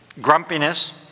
Grumpiness